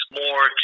more